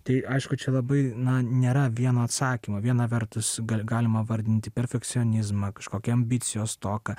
tai aišku čia labai na nėra vieno atsakymo viena vertus gal galima vardinti perfekcionizmą kažkokią ambicijos stoką